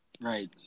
Right